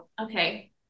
Okay